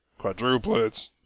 quadruplets